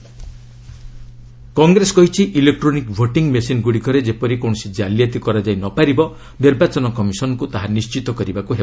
Congress EVM Congress କହିଛି electronic voting ମେସିନ୍ଗୁଡ଼ିକରେ ଯେପରି କୌଣସି ଜାଲିଆତି କରାଯାଇ ନ ପାରିବ ନିର୍ବାଚନ କମିଶନ୍କୁ ତାହା ନିଶ୍ଚିତ କରିବାକୁ ହେବ